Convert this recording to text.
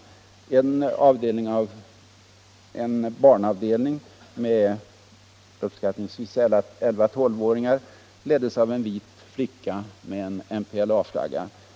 En grupp av en barnavdelning med uppskattningsvis 11-12-åringar leddes av en vit flicka med MPLA flagga.